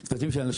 צוותים של אנשים.